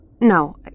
No